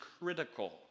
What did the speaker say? critical